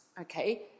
okay